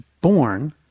born